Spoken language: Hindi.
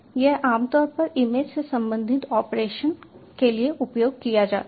यह आमतौर पर इमेज से संबंधित ऑपरेशन के लिए उपयोग किया जाता है